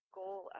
goal